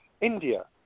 India